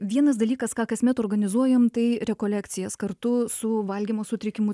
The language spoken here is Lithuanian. vienas dalykas ką kasmet organizuojam tai rekolekcijas kartu su valgymo sutrikimų